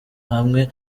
hamwe